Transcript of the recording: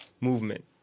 movement